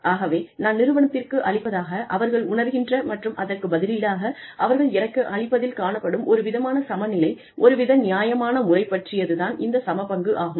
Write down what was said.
ஆகவே நான் நிறுவனத்திற்கு அளிப்பதாக அவர்கள் உணர்கின்ற மற்றும் அதற்குப் பதிலீடாக அவர்கள் எனக்கு அளிப்பதில் காணப்படும் ஒரு விதமான சமநிலை ஒரு வித நியாயமான முறை பற்றியது தான் இந்த சமபங்கு ஆகும்